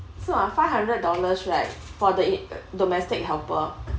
five hundred dollars right for the i~ domestic helper